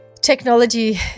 technology